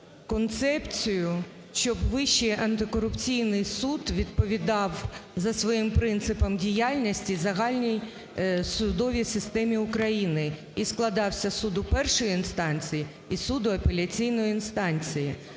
концепцію, щоб Вищий антикорупційний суд відповідав за своїм принципом діяльності загальній судовій системі України і складався з суду першої інстанції і суду апеляційної інстанції.